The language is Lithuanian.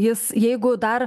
jis jeigu dar